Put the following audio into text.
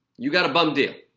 you got a bum deal.